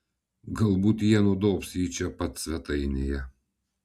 galbūt jie nudobs jį čia pat svetainėje